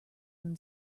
than